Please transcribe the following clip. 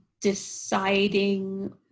deciding